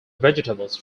vegetables